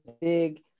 big